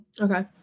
Okay